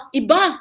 iba